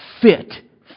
fit